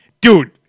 Dude